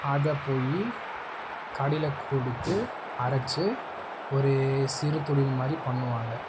அதை போய் கடையில் கொடுத்து அரைச்சு ஒரு சிறு தொழில் மாதிரி பண்ணுவாங்க